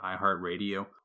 iHeartRadio